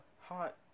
Hot